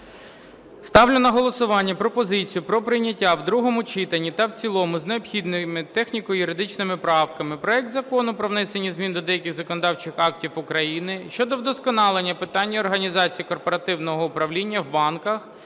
Ставлю на голосування пропозицію про прийняття в другому читанні та в цілому з необхідними техніко-юридичними правками проект Закону про внесення змін до деяких законодавчих актів України щодо вдосконалення питань організації корпоративного управління в банках